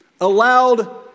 allowed